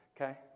Okay